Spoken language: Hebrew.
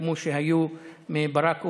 כמו שהיו מברק אובמה,